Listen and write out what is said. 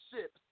ships